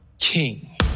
king